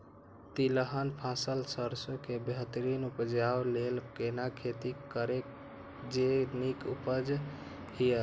तिलहन फसल सरसों के बेहतरीन उपजाऊ लेल केना खेती करी जे नीक उपज हिय?